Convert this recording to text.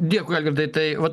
dėkui algirdai tai vat